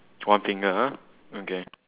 one finger ah okay